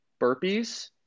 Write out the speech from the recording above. burpees